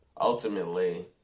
Ultimately